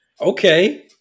Okay